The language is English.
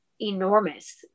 enormous